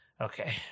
Okay